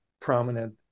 prominent